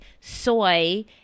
soy